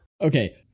Okay